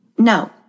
No